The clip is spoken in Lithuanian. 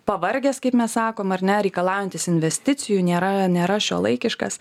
pavargęs kaip mes sakom ar ne reikalaujantis investicijų nėra nėra šiuolaikiškas